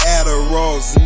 Adderall's